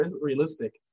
realistic